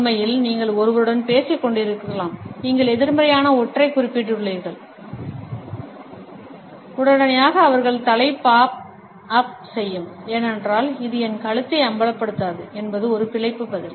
உண்மையில் நீங்கள் ஒருவருடன் பேசிக் கொண்டிருக்கலாம் நீங்கள் எதிர்மறையான ஒன்றைக் குறிப்பிட்டுள்ளீர்கள் உடனடியாக அவர்களின் தலை பாப் அப் செய்யும் ஏனென்றால் இது என் கழுத்தை அம்பலப்படுத்தாது என்பது ஒரு பிழைப்பு பதில்